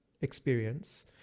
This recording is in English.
experience